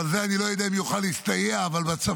אבל זה אני לא יודע אם יוכל להסתייע, אבל בצפון,